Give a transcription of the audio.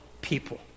people